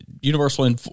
Universal